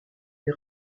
des